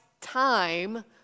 time